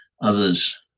others